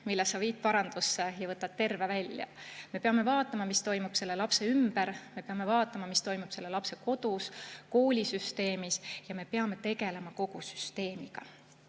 mille sa viid parandusse ja saad tervena tagasi. Me peame vaatama, mis toimub selle lapse ümber, me peame vaatama, mis toimub selle lapse kodus ja koolisüsteemis. Ja me peame tegelema kogu süsteemiga.